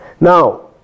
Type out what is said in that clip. Now